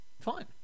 Fine